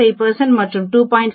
5 மற்றும் 2